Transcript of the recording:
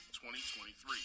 2023